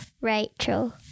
Rachel